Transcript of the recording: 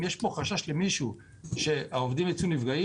אם יש פה חשש למישהו שהעובדים ייפגעו,